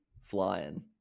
flying